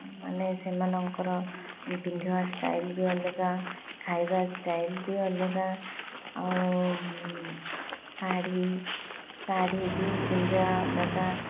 ମାନେ ସେମାନଙ୍କର ପିନ୍ଧିବା ଷ୍ଟାଇଲ ବି ଅଲଗା ଖାଇବା ଷ୍ଟାଇଲ ବି ଅଲଗା ଆଉ ଶାଢ଼ୀ ଶାଢ଼ୀ ବି ପିନ୍ଧିବା ଅଲଗା